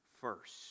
first